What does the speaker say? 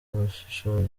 ubushishozi